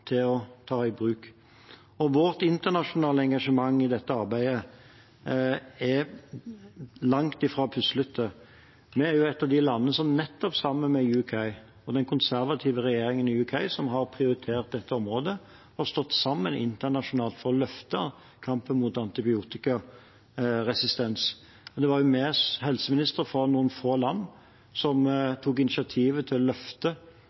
til å ta i bruk. Vårt internasjonale engasjement i dette arbeidet er langt fra puslete. Vi er et av de landene som nettopp, sammen med Storbritannia og den konservative regjeringen der, som har prioritert dette området, har stått sammen internasjonalt for å løfte kampen mot antibiotikaresistens. Det var vi, helseministre fra noen få land, som tok initiativet til å løfte